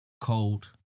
cold